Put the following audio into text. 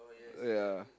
ya